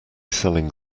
selling